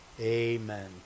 amen